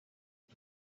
mit